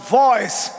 voice